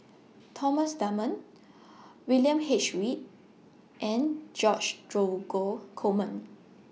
Thomas Dunman William H Read and George Dromgold Coleman